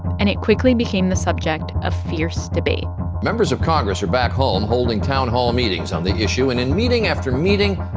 and it quickly became the subject of fierce debate members of congress are back home holding town hall meetings on the issue. and in meeting after meeting,